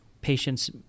patients